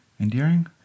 endearing